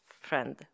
friend